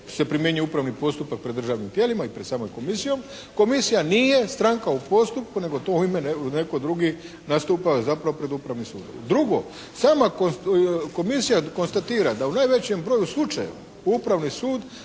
se primjenjuje upravni postupak pred državnim tijelima i pred samom Komisijom, Komisija nije stranka u postupku nego to u ime netko drugi nastupa zapravo pred Upravnim sudom. Drugo, sama Komisija konstatira da u najvećem broju slučajeva Upravni sud